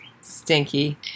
Stinky